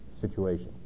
situation